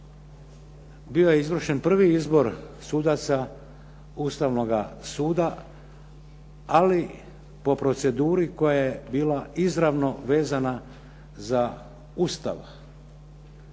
bio je izvršen prvi izbor sudaca Ustavnoga suda, ali po proceduri koja je bila izravno vezana za Ustav.